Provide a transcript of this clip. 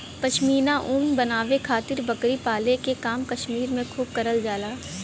पश्मीना ऊन बनावे खातिर बकरी पाले के काम कश्मीर में खूब करल जाला